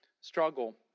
struggle